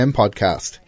podcast